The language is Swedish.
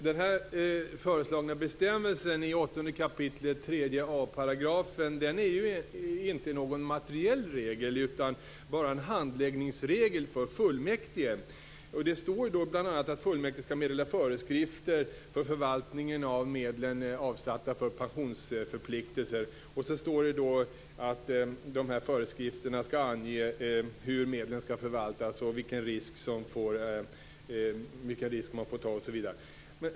Herr talman! Den föreslagna bestämmelsen i 8 kap. 3 a § kommunallagen är inte en materiell regel utan bara en handläggningsregel för fullmäktige. Där stadgas bl.a. att fullmäktige skall meddela föreskrifter för förvaltningen av de medel som avsatts för pensionsförpliktelser. Det heter vidare att det i föreskrifterna skall anges hur medlen skall förvaltas, vilken risk som får tas osv.